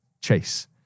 Chase